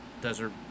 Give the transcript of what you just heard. Desert